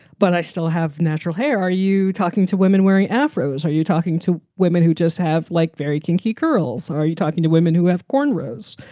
but i still have natural hair. are you talking to women wearing afros or are you talking to women who just have like very kinky curls? or you talking to women who have cornrows?